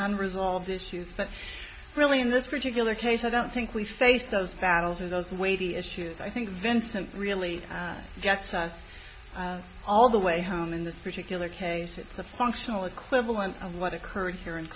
unresolved issues but really in this particular case i don't think we face those battles or those weighty issues i think vincent really gets us all the way home in this particular case it's the functional equivalent of what occurred here in